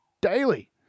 daily